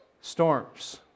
storms